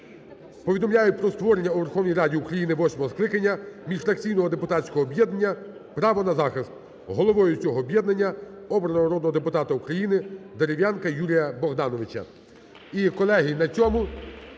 повідомляю про створення у Верховній Раді України восьмого скликання міжфракційного депутатського об'єднання "Право на захист". Головою цього об'єднання обрано народного депутата України Дерев'янка Юрія Богдановича.